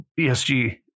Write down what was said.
BSG